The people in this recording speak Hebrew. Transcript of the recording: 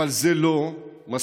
אבל זה לא מספיק.